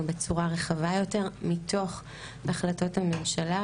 בצורה רחבה יותר מתוך החלטות הממשלה,